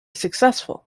successful